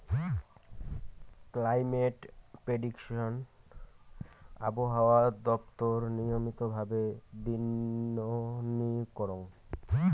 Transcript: climate prediction আবহাওয়া দপ্তর নিয়মিত ভাবে দিননি করং